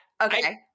Okay